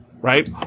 Right